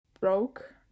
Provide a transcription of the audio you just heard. broke